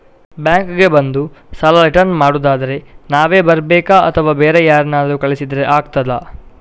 Bank ಗೆ ಬಂದು ಸಾಲ ರಿಟರ್ನ್ ಮಾಡುದಾದ್ರೆ ನಾವೇ ಬರ್ಬೇಕಾ ಅಥವಾ ಬೇರೆ ಯಾರನ್ನಾದ್ರೂ ಕಳಿಸಿದ್ರೆ ಆಗ್ತದಾ?